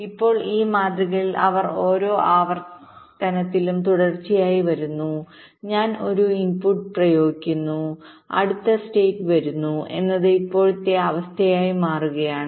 ഇപ്പോൾ ഈ മാതൃകയിൽ അവർ ഓരോ ആവർത്തനത്തിലും തുടർച്ചയായി വരുന്നു ഞാൻ ഒരു ഇൻപുട്ട് പ്രയോഗിക്കുന്നു അടുത്ത സ്റ്റേറ്റ് വരുന്നു എന്നത് ഇപ്പോഴത്തെ അവസ്ഥയായി മാറുകയാണ്